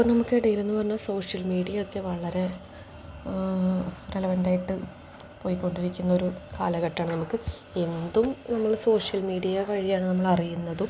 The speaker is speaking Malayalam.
ഇപ്പം നമുക്ക് ഇടയിലെന്നു പറഞ്ഞാൽ സോഷ്യൽ മീഡിയ ഒക്കെ വളരെ റെലവൻറ്റായിട്ട് പോയിക്കൊണ്ടിരിക്കുന്നൊരു കാലഘട്ടമാണ് നമുക്ക് എന്തും നമ്മൾ സോഷ്യൽ മീഡിയ വഴിയാണ് നമ്മളറിയുന്നതും